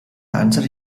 answer